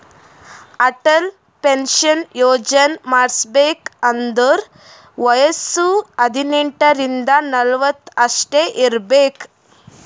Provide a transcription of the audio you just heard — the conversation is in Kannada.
ಅಟಲ್ ಪೆನ್ಶನ್ ಯೋಜನಾ ಮಾಡುಸ್ಬೇಕ್ ಅಂದುರ್ ವಯಸ್ಸ ಹದಿನೆಂಟ ರಿಂದ ನಲ್ವತ್ ಅಷ್ಟೇ ಇರ್ಬೇಕ್